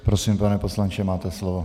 Prosím, pane poslanče, máte slovo.